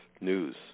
news